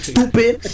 Stupid